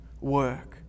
work